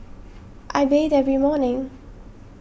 I bathe every morning